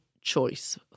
choice